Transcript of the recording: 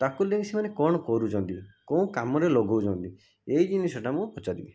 ତାକୁ ନେଇ ସେମାନେ କଣ କରୁଛନ୍ତି କେଉଁ କାମରେ ଲଗାଉଛନ୍ତି ଏଇ ଜିନିଷଟା ମୁଁ ପଚାରିବି